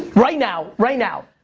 right now, right now.